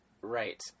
Right